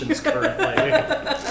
currently